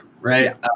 right